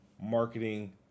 marketing